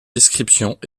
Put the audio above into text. descriptions